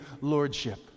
lordship